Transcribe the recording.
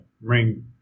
Ring